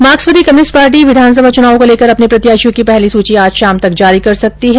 मार्क्सवादी communist party विधानसभा चुनावों को लेकर अपने प्रत्याशियों की पहली सूची आज शाम तक जारी कर सकती है